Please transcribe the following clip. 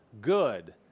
good